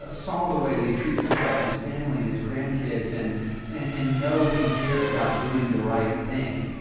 ah saw the way that he treats his wife and his family and his grandkids, and and know he cares about doing the right thing.